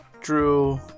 drew